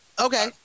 Okay